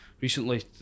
recently